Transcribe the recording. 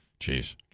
Jeez